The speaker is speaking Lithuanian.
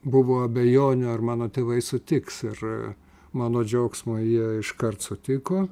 buvo abejonių ar mano tėvai sutiks ir mano džiaugsmui jie iškart sutiko